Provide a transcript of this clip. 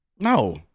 No